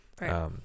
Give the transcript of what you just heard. right